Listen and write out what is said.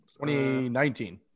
2019